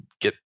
get